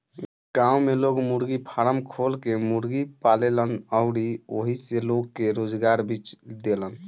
गांव में लोग मुर्गी फारम खोल के मुर्गी पालेलन अउरी ओइसे लोग के रोजगार भी देलन